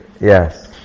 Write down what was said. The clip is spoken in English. Yes